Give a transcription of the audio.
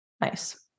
Nice